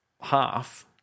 half